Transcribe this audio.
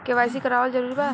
KYC करवावल जरूरी बा?